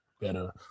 better